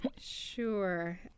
Sure